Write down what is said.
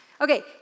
Okay